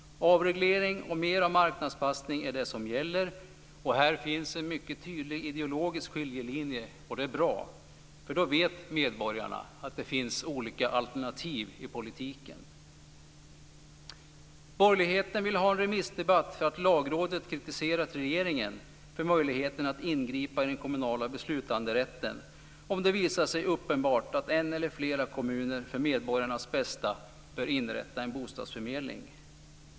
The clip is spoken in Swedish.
Avreglering och mer av marknadsanpassning är det som gäller. Här finns en mycket tydlig ideologisk skiljelinje, och det är bra, för då vet medborgarna att det finns olika alternativ i politiken. Borgerligheten vill ha remissdebatt för att Lagrådet kritiserat regeringen för möjligheten att ingripa i den kommunala beslutanderätten, om det visar sig uppenbart att en eller flera kommuner för medborgarnas bästa bör inrätta en bostadsförmedling.